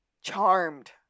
charmed